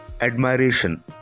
admiration